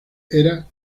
era